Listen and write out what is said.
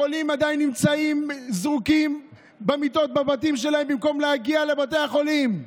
החולים עדיין נמצאים זרוקים במיטות בבתים שלהם במקום להגיע לבתי החולים.